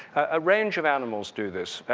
a range of animals do this.